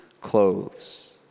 clothes